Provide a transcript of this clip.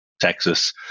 Texas